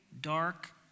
dark